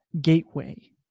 gateway